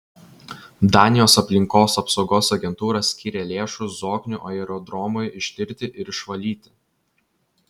danijos aplinkos apsaugos agentūra skyrė lėšų zoknių aerodromui ištirti ir išvalyti